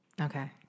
Okay